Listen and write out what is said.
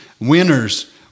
winners